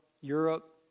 Europe